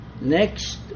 Next